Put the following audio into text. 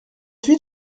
huit